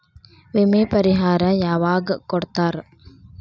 ವಿಮೆ ಪರಿಹಾರ ಯಾವಾಗ್ ಕೊಡ್ತಾರ?